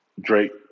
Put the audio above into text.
Drake